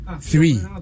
three